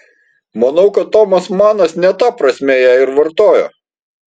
manau kad tomas manas ne ta prasme ją ir vartojo